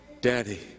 Daddy